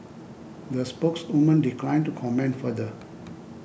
the spokeswoman declined to comment further